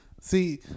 See